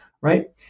right